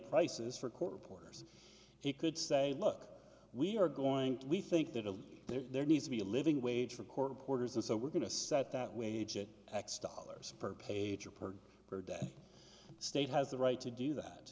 prices for court reporters he could say look we are going we think that if there needs to be a living wage for court reporters and so we're going to set that wage at x dollars per page or per per day state has the right to do that